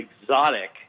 exotic